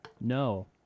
no